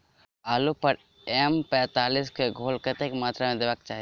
आलु पर एम पैंतालीस केँ घोल कतेक मात्रा मे देबाक चाहि?